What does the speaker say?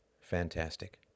fantastic